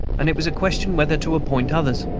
and it was a question whether to appoint others.